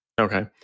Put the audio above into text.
Okay